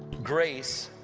grace